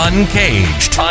Uncaged